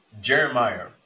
Jeremiah